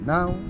Now